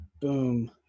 Boom